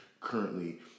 currently